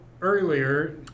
earlier